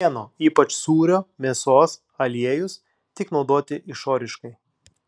pieno ypač sūrio mėsos aliejus tik naudoti išoriškai